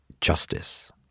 Justice